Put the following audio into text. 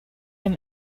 him